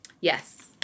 Yes